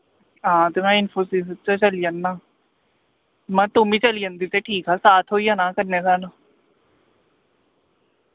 हां ते मैं इंफोसिस बिच चली जाना महा तुम्मी चली जन्दी ते ठीक हा साथ होई जाना हा कन्नै स्हानू